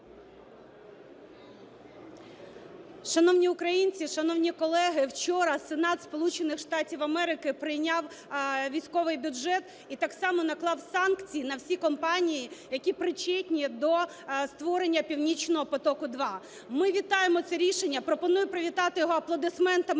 Шановні українці, шановні колеги! Вчора Сенат Сполучених Штатів Америки прийняв військовий бюджет і так само наклав санкції на всі компанії, які причетні до створення "Північного потоку-2". Ми вітаємо це рішення. Пропоную його привітати аплодисментами